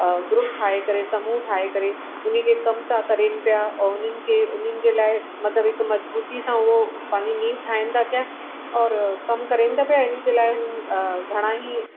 group ठाहे करे समूह ठाहे करे उन खे कम था करनि पिया और उन्हनि खे उन्हनि जे लाइ मतिलबु हिकु मजबूती सां उहो पंहिंजी नींव ठाहीनि था क्या और कम करनि था पिया इन जे लाइ हू घणा ई